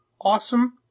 awesome